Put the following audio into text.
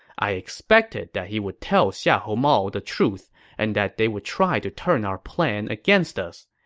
i expected that he would tell xiahou mao the truth and that they would try to turn our plan against us.